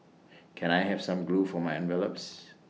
can I have some glue for my envelopes